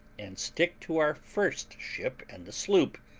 and stick to our first ship and the sloop,